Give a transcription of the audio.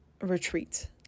retreat